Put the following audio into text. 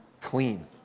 clean